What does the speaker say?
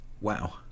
Wow